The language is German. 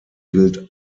gilt